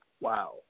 Wow